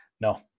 No